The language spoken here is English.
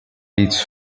its